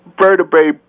vertebrae